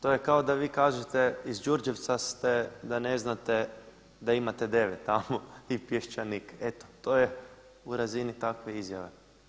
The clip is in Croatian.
To je kao da vi kažete iz Đurđevca ste da ne znate da imate deve tamo i pješčanik, eto to je u razini takve izjave.